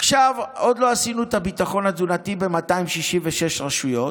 עוד לא עשינו את הביטחון התזונתי ב-266 רשויות.